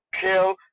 kill